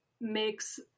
makes